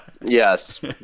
yes